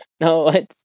No